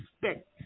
respect